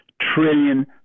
trillion